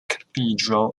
cathedral